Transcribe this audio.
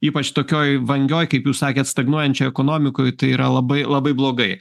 ypač tokioj vangioj kaip jūs sakėt stagnuojančioj ekonomikoj tai yra labai labai blogai